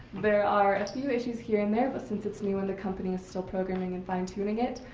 there are a few issues here and there, but since it's new and the company is still programming and fine tuning it,